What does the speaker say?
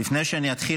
לפני שאתחיל,